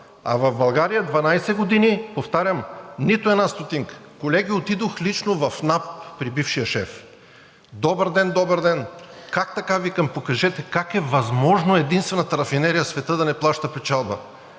а в България 12 години, повтарям, нито една стотинка. Колеги, отидох лично в НАП при бившия шеф: „Добър ден!“ „Добър ден!“ „Как така – викам – покажете как е възможно единствената рафинерия в света да не плаща печалба?“